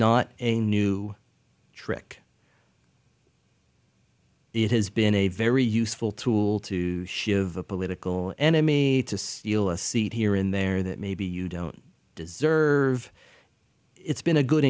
not a new trick it has been a very useful tool to give a political enemy to steal a seat here in there that maybe you don't deserve it's been a good